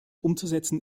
umzusetzen